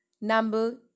Number